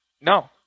No